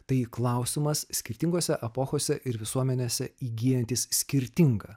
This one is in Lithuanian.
tai klausimas skirtingose epochose ir visuomenėse įgyjantis skirtingą